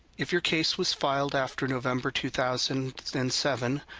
if your case was filed after november two thousand and seven,